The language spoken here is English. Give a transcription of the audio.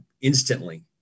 instantly